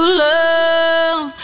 love